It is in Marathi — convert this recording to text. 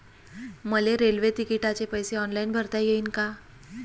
मले रेल्वे तिकिटाचे पैसे ऑनलाईन भरता येईन का?